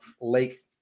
Lake